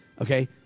Okay